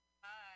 Hi